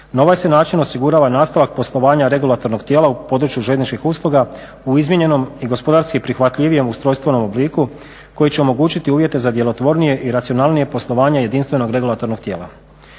Na ovaj se način osigurava nastavak poslovanja regulatornog tijela u području željezničkih usluga u izmijenjenom i gospodarski prihvatljivijem ustrojstvenom obliku koji će omogućiti uvjete za djelotvornije i racionalnije poslovanje jedinstvenog regulatornog tijela.